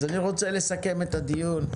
אני רוצה לסכם את הדיון.